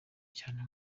cyane